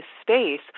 space